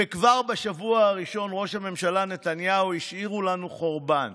וכבר בשבוע הראשון ראש הממשלה נתניהו: השאירו לנו חורבן.